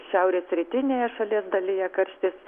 šiaurės rytinėje šalies dalyje karštis